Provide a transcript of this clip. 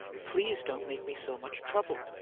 please don't make me so much trouble!